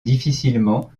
difficilement